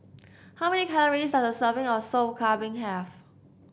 how many calories does a serving of Sop Kambing have